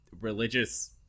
religious